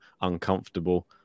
uncomfortable